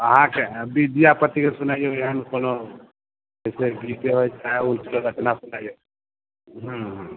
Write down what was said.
अहाँके विद्यापतिके सुनैयौ एहन कोनो एगो गीते चाहे हुनकर रचना सुनैयौ हम्म हम्म